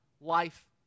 life